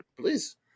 Please